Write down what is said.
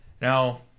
Now